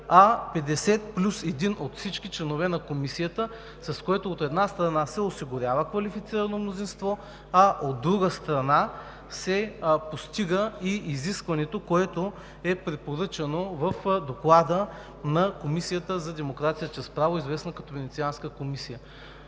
а 50 плюс един от всички членове на Комисията, с което, от една страна, се осигурява квалифицирано мнозинство, а от друга страна, се постига и изискването, препоръчано в Доклада на Комисията за демокрация чрез право, известна като Венецианска комисия.